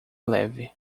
leve